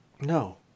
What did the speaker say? No